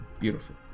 beautiful